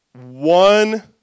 one